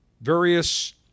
various